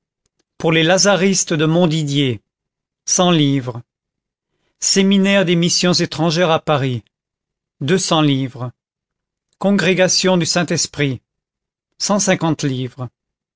pour les lazaristes de montdidier cent livres séminaire des missions étrangères à paris deux cents livres congrégation du saint-esprit cent cinquante livres